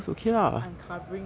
cause I'm covering right